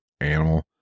animal